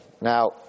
now